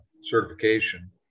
certification